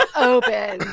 ah opened